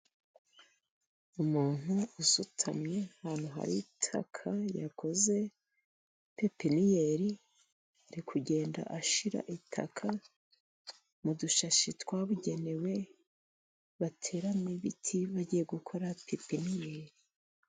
Umuntu usutamye ahantu hari itaka yakoze pepiniyeri, ari kugenda ashyira itaka mu dushashi twabugenewe bateramo ibiti, bagiye gukora pepiniyeri.